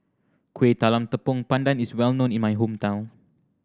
Kueh Talam Tepong Pandan is well known in my hometown